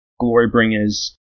Glorybringers